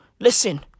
Listen